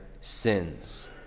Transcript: sins